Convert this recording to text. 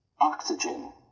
Oxygen